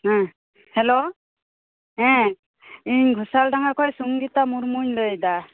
ᱦᱮᱸ ᱦᱮᱞᱳ ᱦᱮᱸ ᱤᱧ ᱜᱷᱳᱥᱟᱞᱰᱟᱸᱜᱟ ᱠᱷᱚᱱ ᱥᱚᱝᱜᱤᱛᱟ ᱢᱩᱨᱢᱩᱧ ᱞᱟᱹᱭ ᱮᱫᱟ